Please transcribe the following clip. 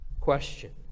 Question